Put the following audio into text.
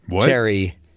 Terry